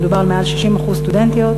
מדובר על יותר מ-60% סטודנטיות.